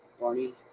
Barney